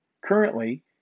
currently